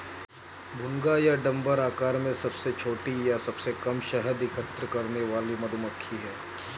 भुनगा या डम्भर आकार में सबसे छोटी और सबसे कम शहद एकत्र करने वाली मधुमक्खी है